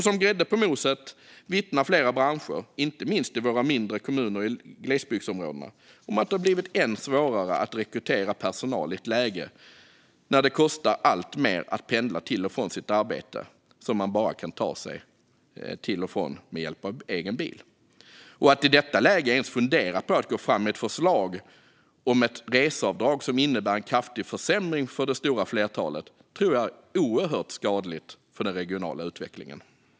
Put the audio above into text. Som grädde på moset vittnar flera branscher, inte minst i våra mindre kommuner i glesbygdsområdena, om att det har blivit än svårare att rekrytera personal i ett läge när det kostar alltmer att pendla till och från ett arbete som man bara kan ta sig till och från med hjälp av egen bil. Att i detta läge ens fundera på att gå fram med ett förslag om ett reseavdrag som innebär en kraftig försämring för det stora flertalet tror jag är oerhört skadligt för den regionala utvecklingen.